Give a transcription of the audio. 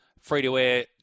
free-to-air